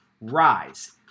rise